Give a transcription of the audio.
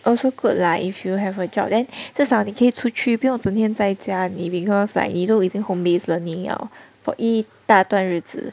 also good lah if you have a job then 至少你可以出去不用整天在家里 because like 你都已经 home based learning liao for 一大段日子